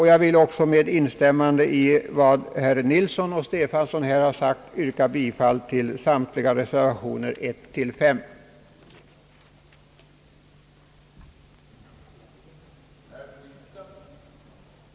Jag vill också med instämmande i vad herrar Nilsson och Stefanson anfört, yrka bifall till samtliga övriga reservationer 1, 2, 4 och 5.